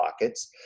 pockets